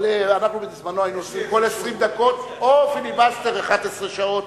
אבל בזמנו היינו עושים כל 20 דקות או פיליבסטר 11 שעות,